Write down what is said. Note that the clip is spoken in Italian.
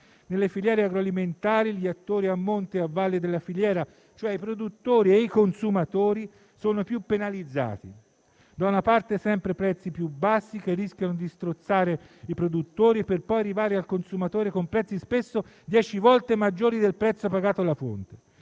nelle filiere agroalimentari, gli attori a monte e a valle della filiera, cioè i produttori e i consumatori, sono i più penalizzati: si parte da prezzi sempre più bassi, che rischiano di strozzare i produttori, per poi arrivare al consumatore, con prezzi spesso dieci volte maggiori del prezzo pagato alla fonte.